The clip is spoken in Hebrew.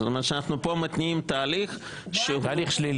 זאת אומרת שאנחנו פה מתניעים תהליך -- תהליך שלילי.